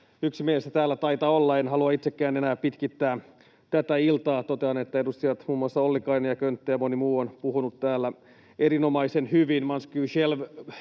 yksimielistä täällä taitaa olla. En halua itsekään enää pitkittää tätä iltaa. Totean, että edustajat, muun muassa Ollikainen ja Könttä ja moni muu, ovat puhuneet täällä erinomaisen hyvin.